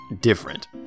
different